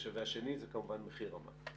השנייה זה כמובן מחיר המים.